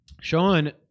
Sean